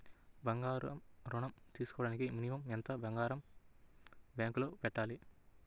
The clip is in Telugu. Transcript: బంగారం ఋణం తీసుకోవడానికి మినిమం ఎంత బంగారం బ్యాంకులో పెట్టాలి?